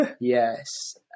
yes